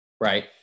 right